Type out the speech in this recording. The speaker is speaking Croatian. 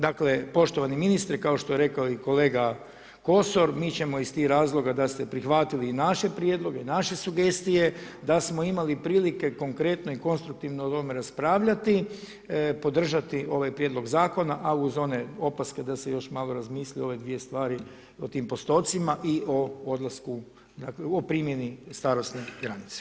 Dakle poštovani ministre kao što je rekao i kolega Kosor mi ćemo iz tih razloga da ste prihvatili naše prijedloge, naše sugestije, da smo imali prilike konkretno i konstruktivno o tome raspravljati podržati ovaj Prijedlog zakona a uz one opaske da se još malo razmisli o ove dvije stvari o tim postocima i o odlasku dakle o primjeni starosne granice.